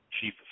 Chief